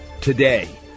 today